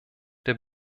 der